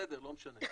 בסדר, לא משנה.